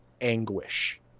anguish